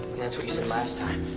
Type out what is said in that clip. that's what you said last time.